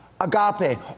agape